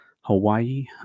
Hawaii